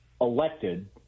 elected